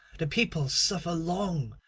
the people suffer long,